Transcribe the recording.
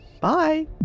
Bye